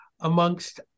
amongst